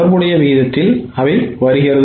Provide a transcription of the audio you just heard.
தொடர்புடைய விகிதத்தில் அவை வருகிறது